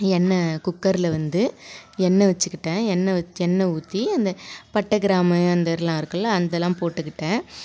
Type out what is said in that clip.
எண்ணெய் குக்கரில் வந்து எண்ணெய் வச்சுக்கிட்டேன் எண்ணெய் எண்ணெய் ஊற்றி பட்டை கிராமு அந்த இருலாம் இருக்குல்ல அந்த இதெலாம் போட்டுக்கிட்டேன்